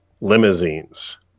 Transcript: limousines